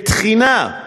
בתחינה,